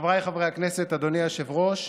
חבריי חברי הכנסת, אדוני היושב-ראש,